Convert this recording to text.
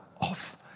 off